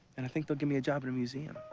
and i think they'll give me a job at a museum.